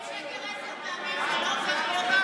כשאומרים שקר עשר פעמים זה לא הופך להיות אמין.